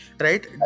Right